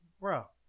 Bro